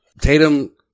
Tatum